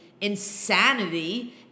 Insanity